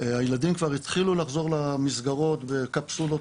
הילדים כבר התחילו לחזור למסגרות בקפסולות